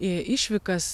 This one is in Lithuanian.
į išvykas